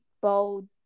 bold